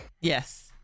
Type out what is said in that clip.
yes